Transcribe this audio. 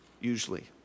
usually